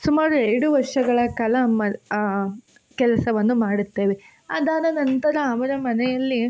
ಸುಮಾರು ಎರಡು ವರ್ಷಗಳ ಕಾಲ ಮ ಕೆಲಸವನ್ನು ಮಾಡುತ್ತೇವೆ ಅದಾದ ನಂತರ ಅವರ ಮನೆಯಲ್ಲಿ